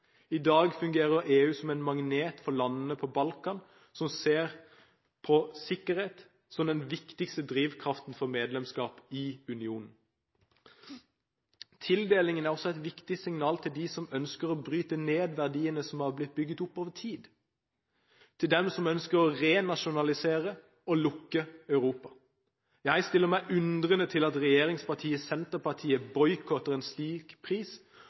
I dag fungerer EU som en magnet på landene på Balkan, som ser på sikkerhet som den viktigste drivkraften for medlemskap i unionen. Tildelingen er også et viktig signal til dem som ønsker å bryte ned verdiene som er blitt bygget opp over tid, til dem som ønsker å renasjonalisere og lukke Europa. Jeg stiller meg undrende til at regjeringspartiet Senterpartiet boikotter en slik pris